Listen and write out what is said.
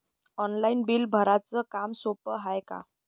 Online bill भराच काम सोपं हाय का?